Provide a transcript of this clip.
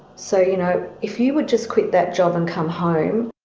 so you know if you would just quit that job and come home,